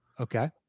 Okay